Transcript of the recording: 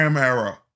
era